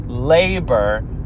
labor